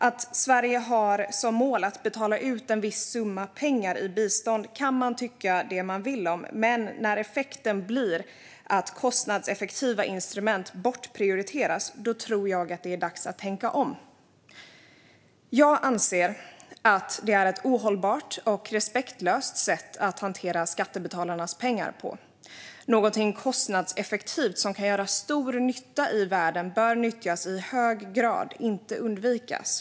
Att Sverige har som mål att betala ut en viss summa pengar i bistånd kan man tycka vad man vill om, men när effekten blir att kostnadseffektiva instrument bortprioriteras tror jag att det är dags att tänka om. Jag anser att det är ett ohållbart och respektlöst sätt att hantera skattebetalarnas pengar på. Någonting kostnadseffektivt som kan göra stor nytta i världen bör nyttjas i hög grad, inte undvikas.